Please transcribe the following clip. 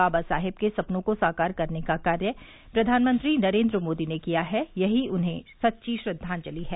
बाबा साहेब के सपनों को साकार करने का कार्य प्रधानमंत्री नरेन्द्र मोदी ने किया है यही उन्हें सच्ची श्रद्वांजलि है